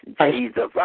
Jesus